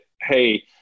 hey